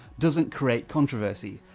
doesn't create controversy.